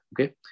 Okay